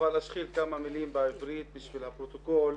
אבל אשחיל כמה מילים בעברית בשביל הפרוטוקול,